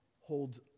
holds